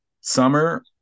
Summer